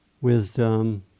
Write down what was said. wisdom